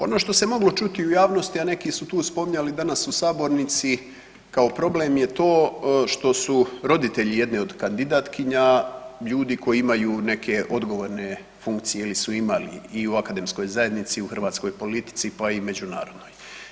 Ono što se moglo čuti u javnosti, a neki su tu spominjali danas u sabornici kao problem je to što su roditelji jedne od kandidatkinja ljudi koji imaju neke odgovorne funkcije ili su imali i u akademskoj zajednici i u hrvatskoj politici pa i međunarodnoj.